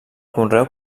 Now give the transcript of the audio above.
conreu